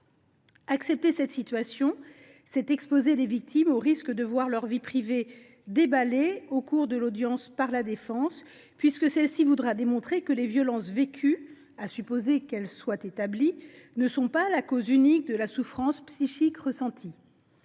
Accepter cette situation, c’est exposer les victimes au risque de voir leur vie privée déballée, au cours de l’audience, par la défense, puisque celle ci voudra démontrer que les violences vécues, à supposer qu’elles soient établies, ne sont pas la cause unique de la souffrance psychique ressentie.